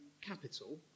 capital